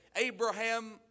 Abraham